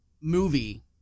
movie